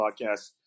podcast